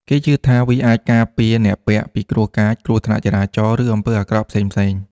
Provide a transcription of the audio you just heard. គេជឿថាវាអាចការពារអ្នកពាក់ពីគ្រោះកាច គ្រោះថ្នាក់ចរាចរណ៍ ឬអំពើអាក្រក់ផ្សេងៗ។